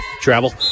travel